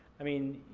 i mean,